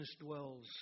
dwells